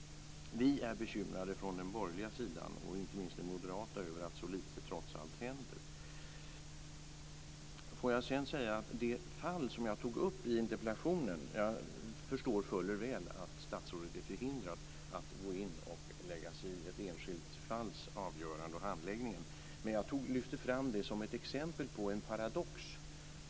Vi är från den borgerliga och inte minst från den moderata sidan bekymrade över att så lite trots allt händer. Vad gäller det fall som jag tog upp i interpellationen förstår jag fuller väl att statsrådet är förhindrad att lägga sig i handläggningen och avgörandet av ett enskilt fall, men jag lyfte fram det som ett exempel på en paradox.